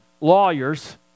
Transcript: lawyers